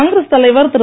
காங்கிரஸ் தலைவர் திரு